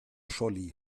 scholli